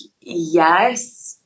yes